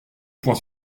poing